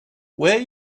where